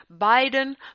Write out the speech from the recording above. Biden